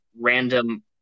random